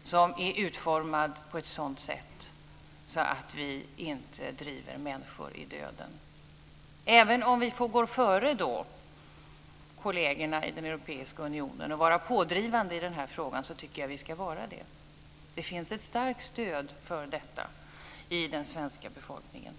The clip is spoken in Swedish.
och som är utformad på ett sådant sätt att vi inte driver människor i döden. Även om vi får gå före kollegerna i den europeiska unionen och vara pådrivande i den här frågan tycker jag att vi ska vara det. Det finns ett starkt stöd för detta i den svenska befolkningen.